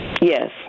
Yes